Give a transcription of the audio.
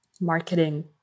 marketing